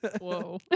whoa